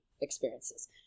experiences